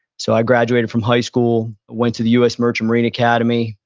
so, i graduated from high school, went to the u s. merchant marine academy.